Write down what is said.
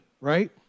right